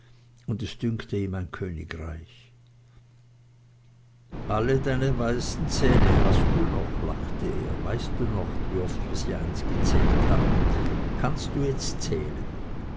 und es dünkte ihm ein königreich alle deine weißen zähne hast du noch lachte er weißt du noch wie oft wir sie einst gezählt haben kannst du jetzt zählen